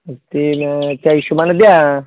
त्यानं त्या हिशोबानं द्या